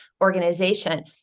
organization